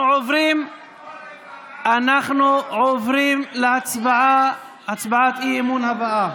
אנחנו עוברים להצעת האי-אמון הבאה,